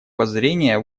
воззрения